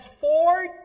four